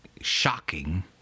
shocking